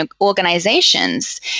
organizations